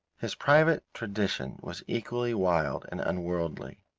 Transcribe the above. his private tradition was equally wild and unworldly.